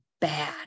bad